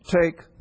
take